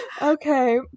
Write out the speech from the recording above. Okay